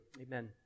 Amen